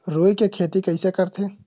रुई के खेती कइसे करथे?